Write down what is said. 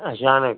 अचानक